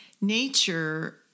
Nature